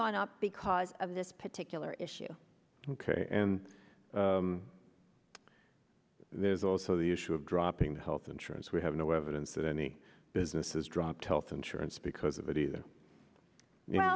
gone up because of this particular issue ok and there's also the issue of dropping health insurance we have no evidence that any business has dropped health insurance because of it either